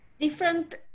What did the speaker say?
Different